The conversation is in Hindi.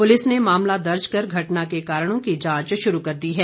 पुलिस ने मामला दर्ज कर घटना के कारणों की जांच शुरू कर दी है